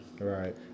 Right